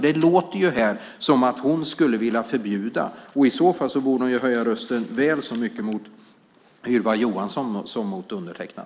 Det låter här som om Veronica Palm skulle vilja förbjuda, och i så fall borde hon höja rösten väl så mycket mot Ylva Johansson som mot undertecknad.